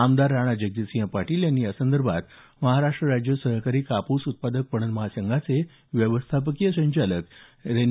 आमदार राणा जगजितसिंह पाटील यांनी यासंदर्भात महाराष्ट्र राज्य सहकारी कापूस उत्पादक पणन महासंघाचे व्यवस्थापकीय संचालक एन